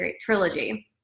trilogy